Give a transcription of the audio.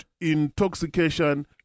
intoxication